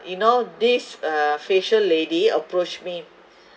you know this uh facial lady approach me